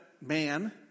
man